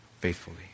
faithfully